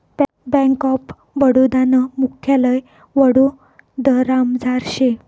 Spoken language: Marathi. बैंक ऑफ बडोदा नं मुख्यालय वडोदरामझार शे